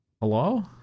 Hello